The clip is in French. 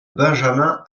benjamin